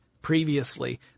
previously